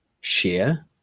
share